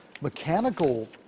mechanical